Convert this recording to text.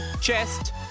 chest